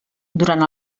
durant